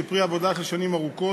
שהיא פרי עבודה של שנים ארוכות,